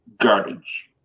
garbage